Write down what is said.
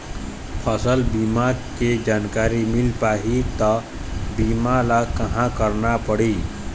फसल बीमा के जानकारी मिल पाही ता बीमा ला कहां करना पढ़ी?